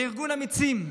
ולארגון אמיצים,